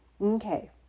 Okay